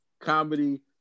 comedy